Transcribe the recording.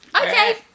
Okay